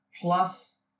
plus